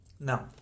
Now